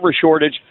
shortage